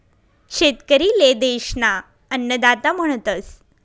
शेतकरी ले देश ना अन्नदाता म्हणतस